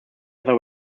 other